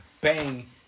bang